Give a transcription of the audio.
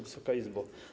Wysoka Izbo!